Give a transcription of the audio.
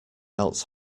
else